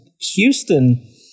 Houston